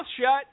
shut